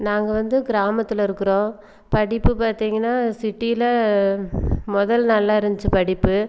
நாங்கள் வந்து கிராமத்தில் இருக்கிறோம் படிப்பு பார்த்தீங்கன்னா சிட்டியில் முதல் நல்லாருந்துச்சு படிப்பு